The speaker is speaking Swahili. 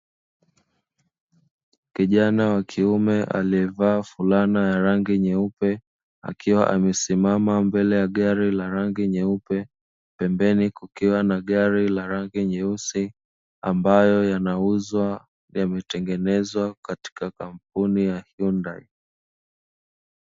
Kijana wa kiume aliyevaa fulana ya rangi nyeupe, akiwa amesimama mbele ya gari la rangi nyeupe, pembeni kukiwa na gari la rangi nyeusi, ambayo yanauzwa yametengenezwa katika kampuni ya HYUNDAI.